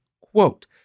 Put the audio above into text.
quote